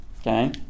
Okay